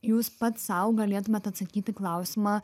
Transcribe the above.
jūs pats sau galėtumėt atsakyt į klausimą